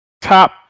top